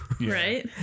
right